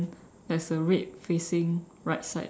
there's a red facing right side